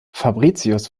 fabricius